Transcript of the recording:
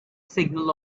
signal